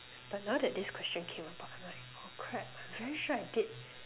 but now that this question came about I'm like oh crap I'm very sure I did